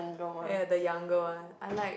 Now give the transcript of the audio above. ah ya the younger one I like